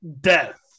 death